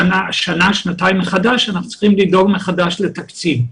שנה-שנתיים אנחנו צריכים שוב לדאוג לתקציב.